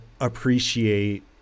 appreciate